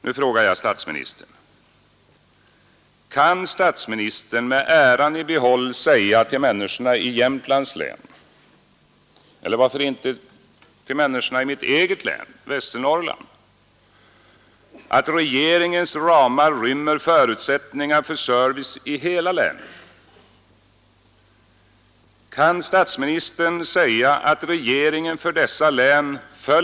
Nu frågar jag statsministern: Kan statsministern med äran i behåll säga till människorna i Jämtlands län eller varför inte till människorna i mitt eget län — Västernorrlands län — att regeringens ramar rymmer förutsättningar för service i hela länen?